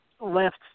left